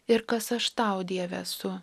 ir kas aš tau dieve esu